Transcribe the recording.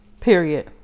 period